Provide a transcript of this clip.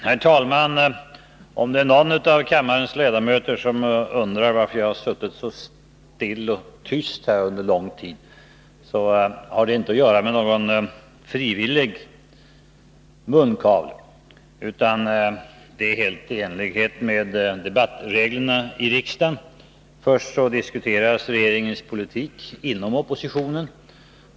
Herr talman! Om det är någon av kammarens ledamöter som undrar varför jag underlång tid har suttit så stilla och tyst, kan jag tala om att det inte har att göra med någon frivillig munkavle, utan att det är helt i enlighet med debattreglerna i riksdagen. Först diskuteras regeringens politik inom oppositionen.